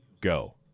go